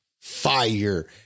fire